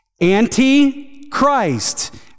anti-Christ